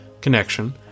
connection